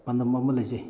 ꯄꯥꯟꯗꯝ ꯑꯃ ꯂꯩꯖꯩ